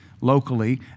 locally